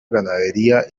ganadería